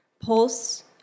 Pulse